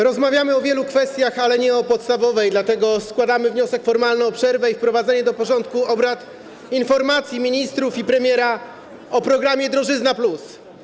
Rozmawiamy o wielu kwestiach, ale nie o podstawowej, dlatego składamy wniosek formalny o przerwę i wprowadzenie do porządku obrad informacji ministrów i premiera o programie drożyzna+.